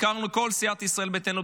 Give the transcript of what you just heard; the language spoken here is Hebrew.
כל סיעת ישראל ביתנו,